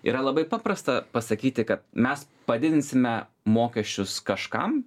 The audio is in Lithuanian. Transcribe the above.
yra labai paprasta pasakyti kad mes padidinsime mokesčius kažkam